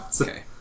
Okay